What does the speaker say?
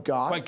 God